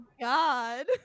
God